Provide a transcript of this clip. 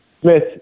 Smith